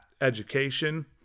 education